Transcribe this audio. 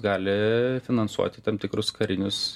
gali finansuoti tam tikrus karinius